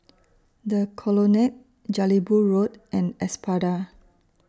The Colonnade Jelebu Road and Espada